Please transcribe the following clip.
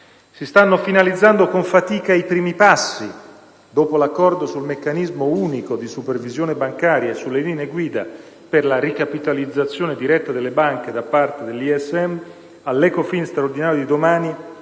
si stanno finalizzando, con fatica, i primi passi: dopo l'accordo sul meccanismo unico di supervisione bancaria e sulle linee guida per la ricapitalizzazione diretta delle banche da parte dell'*European Stability Mechanism*